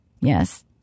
Yes